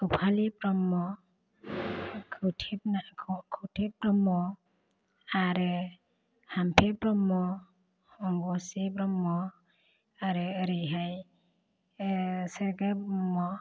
रुफालि ब्रह्म खथेब ना खथेब ब्रह्म आरो हाम्फे ब्रह्म रजे ब्रह्म आरो ओरैहाय सोगोब ब्रह्म